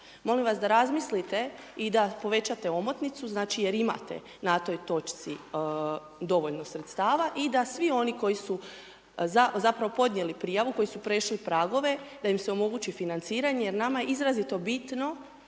Molim vas da razmislite i da povećate omotnicu, znači jer imate na toj točci dovoljno sredstava i da svi oni koji su zapravo podnijeli prijavu, koji su prešli pragove, da im se omogući financiranje, jer nama je izuzetno bitno,